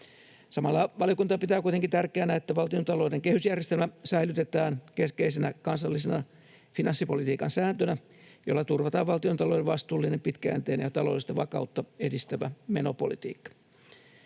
Samalla valiokunta pitää kuitenkin tärkeänä, että valtiontalouden kehysjärjestelmä säilytetään keskeisenä kansallisena finanssipolitiikan sääntönä, jolla turvataan valtiontalouden vastuullinen, pitkäjänteinen ja taloudellista vakautta edistävä menopolitiikka.